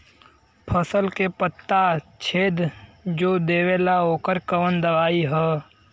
फसल के पत्ता छेद जो देवेला ओकर कवन दवाई ह?